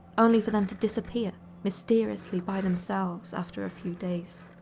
only for them to disappear, mysteriously by themselves, after a few days.